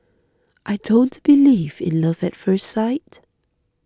I don't believe in love at first sight